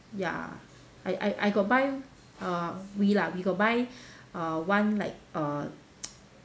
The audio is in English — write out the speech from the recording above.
ya I I I got buy uh we lah we got buy uh one like uh